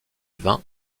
vin